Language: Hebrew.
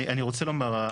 אני רוצה לומר,